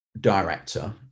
director